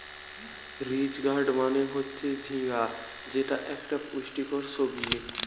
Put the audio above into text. ridge gourd মানে হচ্ছে ঝিঙ্গা যেটা একটা পুষ্টিকর সবজি